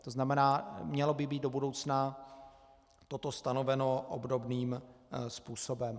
To znamená, mělo by být do budoucna toto stanoveno obdobným způsobem.